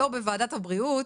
לא בוועדת הבריאות,